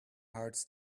hearts